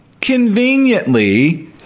conveniently